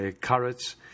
Carrots